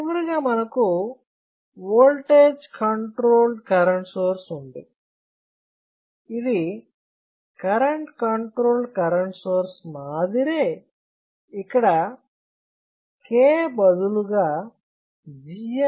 చివరగా మనకు voltage controlled current source ఉంది ఇది కరెంట్ కంట్రోల్ కరెంట్ సోర్స్ మాదిరే ఇక్కడ K బదులుగా Gm